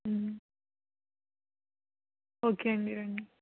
okay అండి రండి